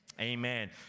amen